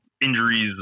injuries